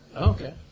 Okay